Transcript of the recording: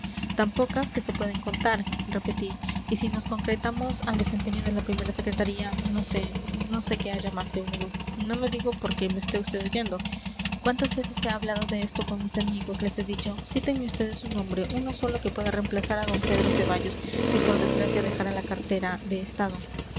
tan pocas que se pueden contar repetí y si nos concretamos al desempeño de la primera secretaría no sé no sé que haya más de uno no lo digo porque me esté vd oyendo cuantas veces he hablado de esto con mis amigos les he dicho cítenme vds un hombre uno solo que pueda reemplazar a d pedro ceballos si por desgracia dejara la cartera de estado